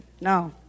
No